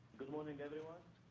good morning, everyone.